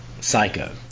Psycho